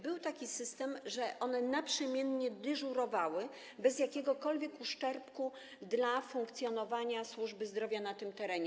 Był taki system, że one naprzemiennie dyżurowały bez jakiegokolwiek uszczerbku dla funkcjonowania służby zdrowia na tym terenie.